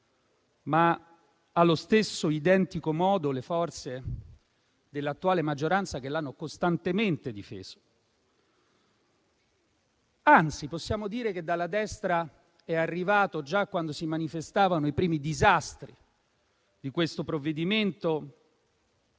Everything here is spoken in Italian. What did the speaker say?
ma, allo stesso identico modo, le forze dell'attuale maggioranza che l'hanno costantemente difeso. Anzi, possiamo dire che dalla destra, già quando si manifestavano i primi disastri di questo provvedimento,